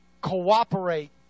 cooperate